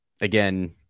again